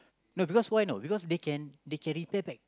no because why no because they can they can litter back